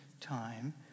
time